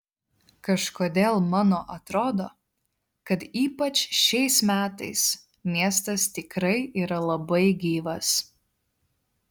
kažkodėl mano atrodo kad ypač šiais metais miestas tikrai yra labai gyvas